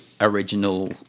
original